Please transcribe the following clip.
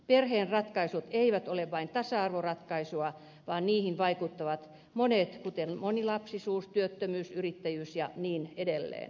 perheen ratkaisut eivät ole vain tasa arvoratkaisuja vaan niihin vaikuttavat monet asiat kuten monilapsisuus työttömyys yrittäjyys ja niin edelleen